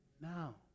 now